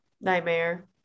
Nightmare